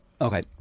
Okay